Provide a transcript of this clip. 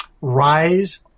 rise